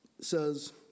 says